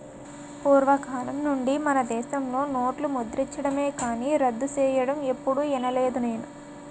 పూర్వకాలం నుండి మనదేశంలో నోట్లు ముద్రించడమే కానీ రద్దు సెయ్యడం ఎప్పుడూ ఇనలేదు నేను